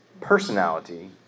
personality